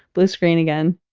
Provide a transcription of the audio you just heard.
blue screen again